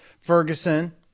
Ferguson